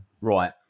Right